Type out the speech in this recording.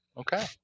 Okay